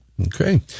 Okay